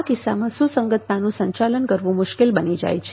આ કિસ્સામાં સુસંગતતાનું સંચાલન કરવું મુશ્કેલ બની જાય છે